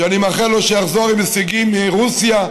שאני מאחל לו שיחזור עם הישגים מרוסיה,